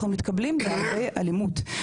אנחנו מתקבלים בהרבה אלימות.